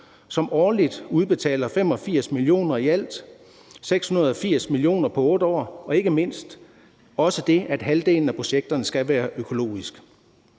som årligt udbetaler 85 mio. kr. i alt, 680 mio. kr. på 8 år og ikke mindst også det, at halvdelen af projekterne skal være økologiske.